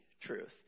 truth